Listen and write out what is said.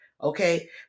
Okay